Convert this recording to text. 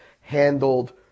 handled